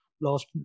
lost